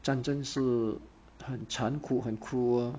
战争是很惨苦很 cruel